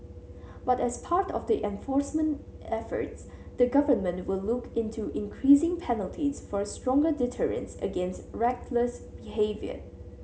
but as part of the enforcement efforts the government will look into increasing penalties for stronger deterrence against reckless behaviour